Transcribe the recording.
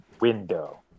window